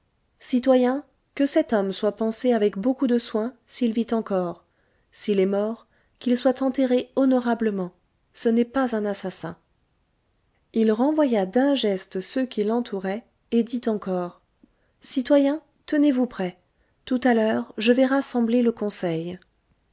citoyens que cet homme soit pansé avec beaucoup de soins s'il vit encore s'il est mort qu'il soit enterré honorablement ce n'est pas un assassin il renvoya d'un geste ceux qui l'entouraient et dit encore citoyens tenez-vous prêts tout à l'heure je vais rassembler le conseil